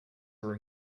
are